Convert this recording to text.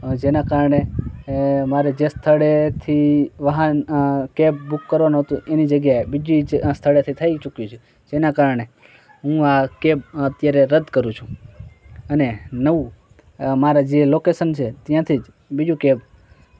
જેના કારણે મારે જે સ્થળેથી વાહન કેબ બુક કરવાનું હતું એની જગ બીજી જ સ્થળેથી થઈ ચૂક્યું જેના કારણે હું આ કેબ અત્યારે રદ કરું છું અને નવું મારા જે લોકેશન છે ત્યાંથી જ બીજું કેબ